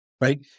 right